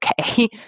okay